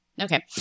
Okay